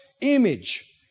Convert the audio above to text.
image